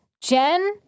Jen